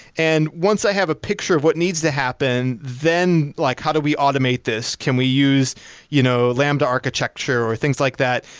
and once i have a picture of what needs to happen, then like how do we automate this? can we use you know lamda architecture, or things like that.